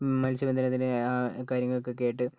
മത്സ്യ ബന്ധനത്തിനും കാര്യങ്ങൾക്കുമൊക്കെ ആയിട്ട്